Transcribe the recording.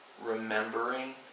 remembering